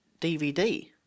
DVD